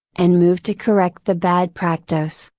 and move to correct the bad practice.